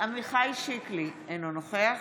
עמיחי שיקלי, אינו נוכח